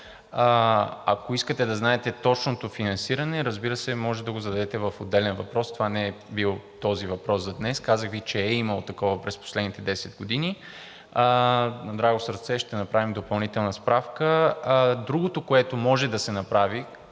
ако искате да знаете точното финансиране, разбира се, може да го зададете в отделен въпрос. Това не е бил въпрос за днес. Казах Ви, че е имало такова през последните 10 години. На драго сърце ще направим допълнителна справка. Другото, което може да се направи,